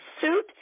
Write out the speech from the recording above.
suit